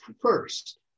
first